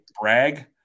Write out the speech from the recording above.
brag